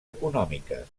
econòmiques